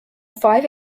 five